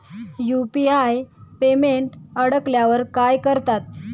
UPI payment अडकल्यावर काय करतात?